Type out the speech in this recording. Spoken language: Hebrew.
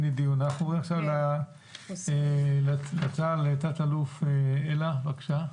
נעבור לתא"ל אלה שדו, בבקשה.